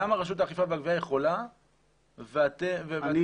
למה רשות האכיפה והגבייה יכולה וברשות --- אני